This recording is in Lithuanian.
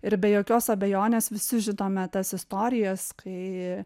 ir be jokios abejonės visi žinome tas istorijas kai